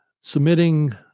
submitting